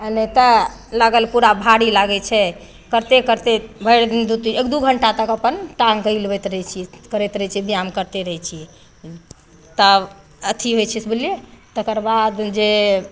आ नहि तऽ लागल पूरा भाड़ी लागै छै कत्तेक कत्तेक भरि दिन दू तीन एक दू घण्टा तक अपन टाङ्गके हिलबैत रहै छियै करैत छियै ब्यायाम करते रहै छियै तब अथी होइ छै बुझलियै तकरबाद जे